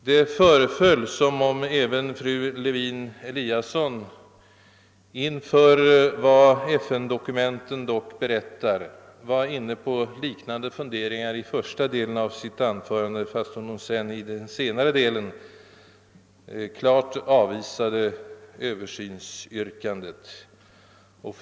Det föreföll också som om fru Lewén Eliasson inför vad FN-dokumenten berättar var inne på liknande funderingar 1 första delen av sitt anförande, fastän hon i dess senare del klart avvisade vårt yrkande om en översyn.